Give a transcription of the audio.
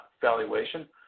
valuation